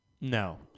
No